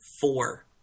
Four